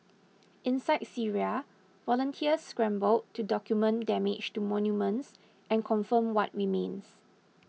inside Syria volunteers scramble to document damage to monuments and confirm what remains